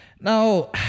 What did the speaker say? Now